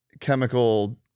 Chemical